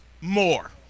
more